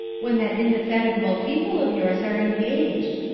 when that indefatigable people of yours are engaged.